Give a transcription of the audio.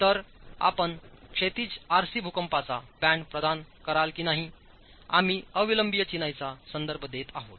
तर आपण क्षैतिज आरसी भूकंपाचा बँड प्रदान कराल की नाही आम्ही अविलंबीय चिनाईचा संदर्भ देत आहोत